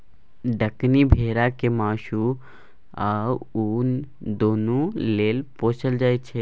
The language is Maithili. दक्कनी भेरा केँ मासु आ उन दुनु लेल पोसल जाइ छै